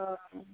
ओ